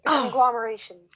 conglomeration